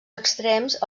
extrems